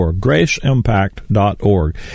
graceimpact.org